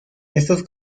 estos